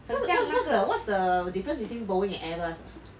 so what's what's the what's the difference between boeing and airbus